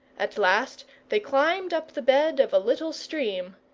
at last they climbed up the bed of a little stream,